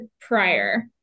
prior